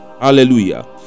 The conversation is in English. Hallelujah